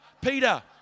Peter